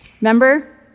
Remember